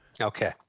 Okay